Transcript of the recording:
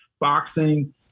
boxing